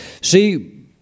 See